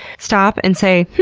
stop and say,